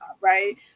right